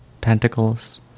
pentacles